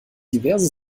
diverse